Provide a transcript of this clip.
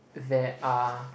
there are